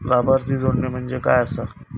लाभार्थी जोडणे म्हणजे काय आसा?